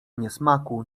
niesmaku